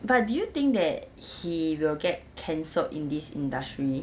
but do you think that he will get cancelled in this industry